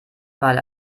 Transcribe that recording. mal